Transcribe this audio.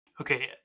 Okay